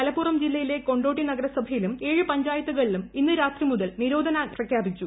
മലപ്പുറം ജില്ലയിലെ കൊണ്ടോട്ടി നഗരസഭയിലും ഏഴ് പഞ്ചായത്തുകളിലും ഇന്ന് രാത്രി മുതൽ നിരോധനാജ്ഞ പ്രഖ്യാപിച്ചു